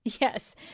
Yes